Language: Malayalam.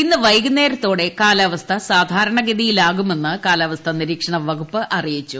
ഇന്ന് വൈകുന്നേരത്തോടെ കാലാവസ്ഥ സാധാരണഗതിയിൽ ആകുമെന്ന് കാലാവസ്ഥാ നിരീക്ഷണ വകുപ്പ് അറിയ്ടിച്ചു